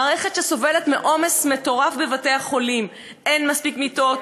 מערכת שסובלת מעומס מטורף בבתי-החולים: אין מספיק מיטות,